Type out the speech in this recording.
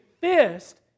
fist